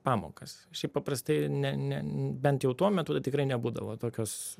pamokas šiaip paprastai ne ne bent jau tuo metu tai tikrai nebūdavo tokios